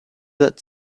that